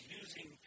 using